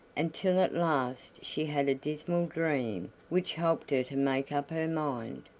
until at last she had a dismal dream which helped her to make up her mind.